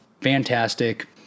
Fantastic